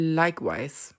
likewise